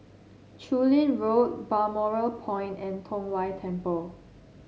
Chu Lin Road Balmoral Point and Tong Whye Temple